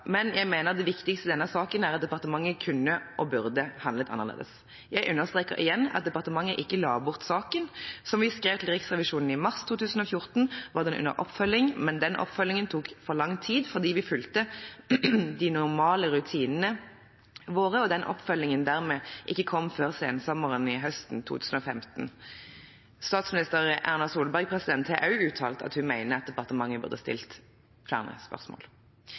jeg mener det viktige i denne saken er at departementet kunne og burde handlet annerledes. Jeg understreker igjen at departementet ikke la bort saken. Som vi skrev til Riksrevisjonen i mars 2014, var den under oppfølging, men den oppfølgingen tok for lang tid fordi vi fulgte de normale rutinene våre, og den oppfølgingen dermed ikke kom før sensommer–høst 2015.» Statsminister Erna Solberg har også uttalt at hun mener departementet burde stilt flere spørsmål.